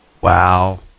Wow